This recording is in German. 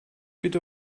bitte